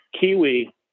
Kiwi